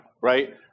right